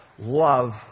Love